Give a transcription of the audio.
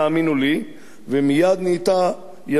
ומייד נהייתה ידו מצורעת כשלג.